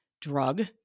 drug